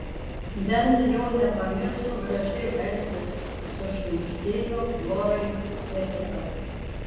bent jau nepamiršo gražiai elgtis sušnibždėjo lorai hetera